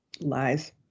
Lies